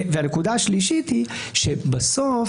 הנקודה השלישית היא שבסוף,